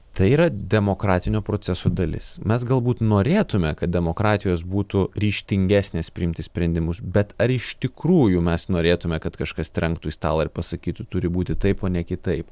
tai yra demokratinio proceso dalis mes galbūt norėtume kad demokratijos būtų ryžtingesnės priimti sprendimus bet ar iš tikrųjų mes norėtume kad kažkas trenktų į stalą ir pasakytų turi būti taip o ne kitaip